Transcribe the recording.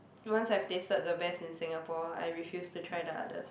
once I've tasted the best in Singapore I refuse to try the others